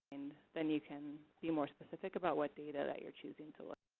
then you can be more specific about what data you are choosing to look